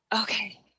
okay